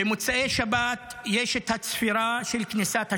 במוצאי שבת יש את הצפירה של כניסת השבת,